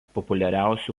populiariausių